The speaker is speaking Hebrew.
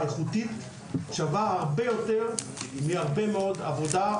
הרבה יותר מהרבה מאוד עבודה לא איכותית.